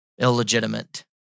illegitimate